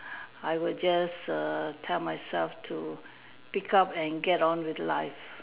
I would just err tell myself to pickup and get on with life